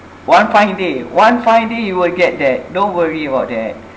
one fine day one fine day you will get that don't worry about that